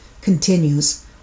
continues